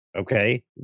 okay